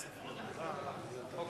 לא.